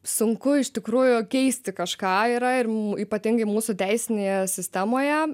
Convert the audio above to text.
sunku iš tikrųjų keisti kažką yra ir ypatingai mūsų teisinėje sistemoje